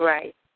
Right